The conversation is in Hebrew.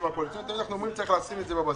הקואליציוניים ואנחנו אומרים שצריך לשים את זה בבסיס.